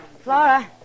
Flora